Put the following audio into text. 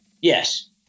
Yes